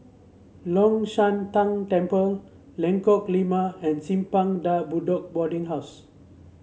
Long Shan Tang Temple Lengkok Lima and Simpang De Bedok Boarding House